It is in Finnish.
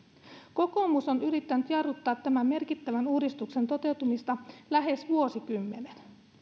kokoomus on yrittänyt jarruttaa tämän merkittävän uudistuksen toteutumista lähes vuosikymmenen